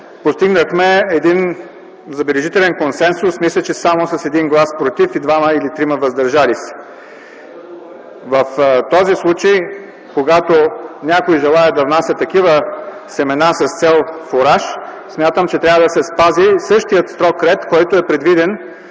постигнахме един забележителен консенсус. Мисля, че само с един глас „против” и двама или трима „въздържали се”. В този случай, когато някой желае да внася такива семена с цел фураж, смятам, че трябва да се спази същият строг ред, който е предвиден